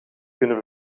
kunnen